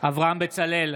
אברהם בצלאל,